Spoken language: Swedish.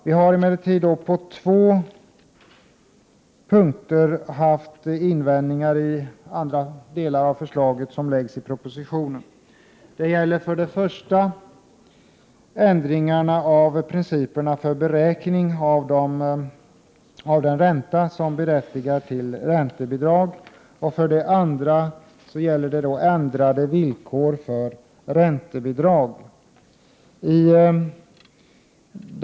Vi har emellertid på två punkter haft invändningar mot propositionens förslag. Det gäller för det första ändringar av principerna för beräkning av den ränta som berättigar till räntebidrag. För det andra gäller det ändrade villkor för räntebidrag.